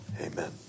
amen